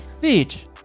Beach